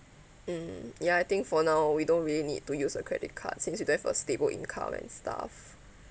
um ya I think for now we don't really need to use a credit card since we don't have a stable income and stuff